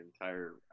entire